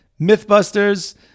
MythBusters